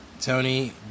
Tony